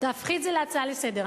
תהפכי את זה להצעה לסדר.